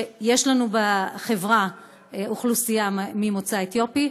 כשיש לנו בחברה אוכלוסייה ממוצא אתיופי,